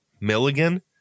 Milligan